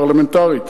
פרלמנטרית,